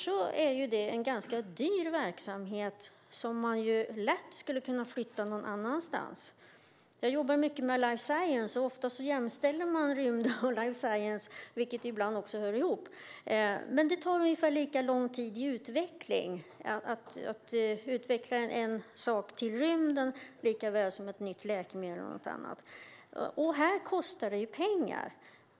Det är annars en ganska dyr verksamhet som man lätt skulle kunna flytta någon annanstans. Jag jobbar mycket med life science. Ofta jämställer man rymdforskning och life science, vilka ibland också hör ihop. Det tar ungefär lika lång tid i utveckling att utveckla en sak till rymden som ett nytt läkemedel eller något annat. Här kostar det pengar.